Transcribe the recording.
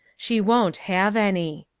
she won't have any.